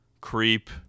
creep